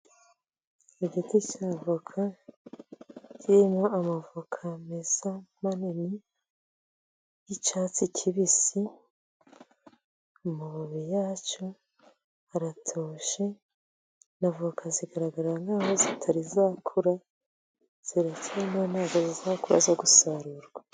Igiti cy'avoka kirimo amavoka meza manini y'icyatsi kibisi, amababi yacyo aratoshye n'avoka zigaragara nkaho zitari zakura ziracyari ntoya ntabwo zizakomeza gusarurwa.